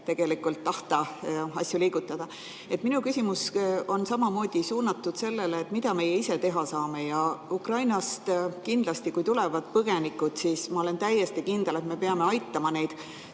tegelikult tahta asju liigutada. Minu küsimus on samamoodi suunatud sellele, mida meie ise teha saame. Kui Ukrainast tulevad siia põgenikud, siis ma olen täiesti kindel, et me peame aitama neid